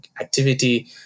activity